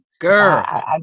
Girl